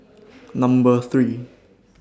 Number three